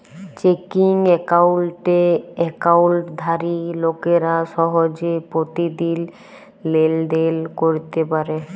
checking একাউল্টে একাউল্টধারি লোকেরা সহজে পতিদিল লেলদেল ক্যইরতে পারে